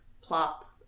plop